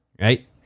right